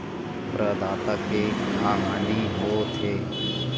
प्रदाता के का हानि हो थे?